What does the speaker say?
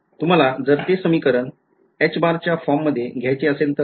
तुम्हाला जर ते समीकरण च्या फॉर्ममध्ये घ्यायचे असेल तर